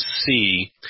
see